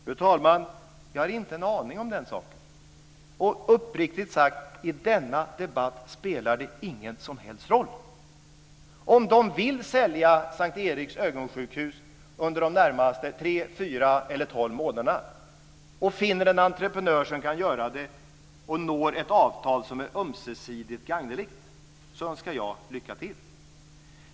Fru talman! Jag har inte en aning om den saken. Uppriktigt sagt spelar det ingen som helst roll i denna debatt. Om de vill sälja S:t Eriks Ögonsjukhus under de närmaste tre, fyra eller tolv månaderna, finner en entreprenör som kan göra jobbet och når ett avtal som är ömsesidigt gangneligt önskar jag lycka till.